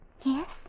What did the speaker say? Yes